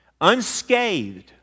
Unscathed